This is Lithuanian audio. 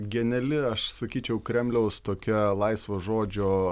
geniali aš sakyčiau kremliaus tokia laisvo žodžio